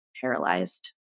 paralyzed